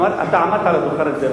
אתה אמרת שאתה זוכר את זה.